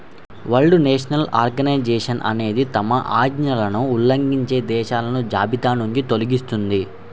world trade organisation అనేది తమ ఆజ్ఞలను ఉల్లంఘించే దేశాలను జాబితానుంచి తొలగిస్తుంది